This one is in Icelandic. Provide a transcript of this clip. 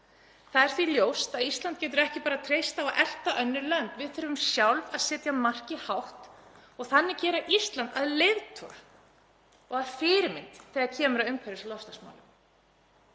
Það er því ljóst að Ísland getur ekki bara treyst á að elta önnur lönd, við þurfum sjálf að setja markið hátt og þannig gera Ísland að leiðtoga og fyrirmynd þegar kemur að umhverfis- og loftslagsmálum.